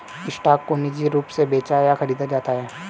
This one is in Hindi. स्टॉक को निजी रूप से बेचा या खरीदा जाता है